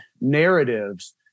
narratives